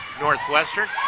Northwestern